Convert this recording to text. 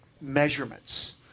measurements